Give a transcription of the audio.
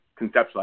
conceptualize